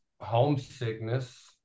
homesickness